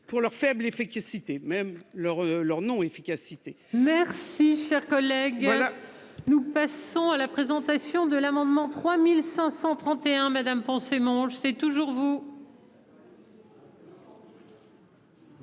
pour leur faible efficacité même leur leur nom efficacité. Merci cher collègue. Voilà. Nous passons à la présentation de l'amendement 3531 madame pensez c'est toujours vous.